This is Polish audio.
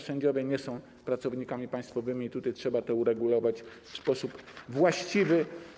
Sędziowie nie są pracownikami państwowymi, trzeba to uregulować w sposób właściwy.